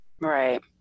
Right